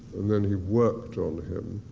and then he worked on him.